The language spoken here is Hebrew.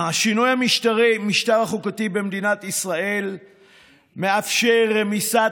השינוי המשטר החוקתי במדינת ישראל מאפשר את רמיסת